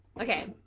okay